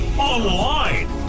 online